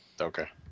Okay